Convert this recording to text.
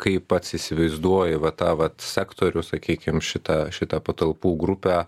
kaip pats įsivaizduoji va tą vat sektorių sakykim šitą šitą patalpų grupę